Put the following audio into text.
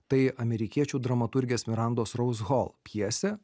tai amerikiečių dramaturgės mirandos rous hol pjesė